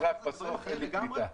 אלה דברים אחרים לגמרי.